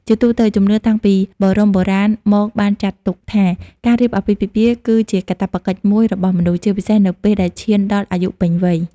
ជាទូទៅជំនឿតាំងពីបរមបុរាណមកបានចាត់ទុកថា ការរៀបអាពាហ៍ពិពាហ៍គឺជាកាតព្វកិច្ចមួយរបស់មនុស្ស ជាពិសេសនៅពេលដែលឈានដល់អាយុពេញវ័យ ។